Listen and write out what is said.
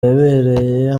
yabereye